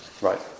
Right